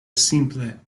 simple